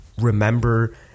remember